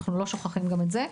אנחנו לא שוכחים גם את זה,